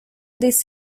this